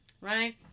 right